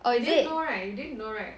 oh is it